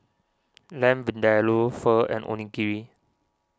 Lamb Vindaloo Pho and Onigiri